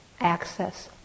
access